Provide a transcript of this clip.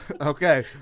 Okay